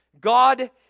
God